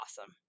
awesome